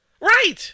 right